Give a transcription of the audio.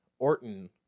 orton